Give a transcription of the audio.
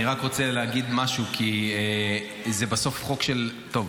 אני רק רוצה להגיד משהו כי בסוף זה חוק, טוב,